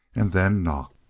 and then knocked.